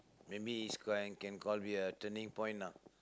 maybe it's called uh can called be a turning point lah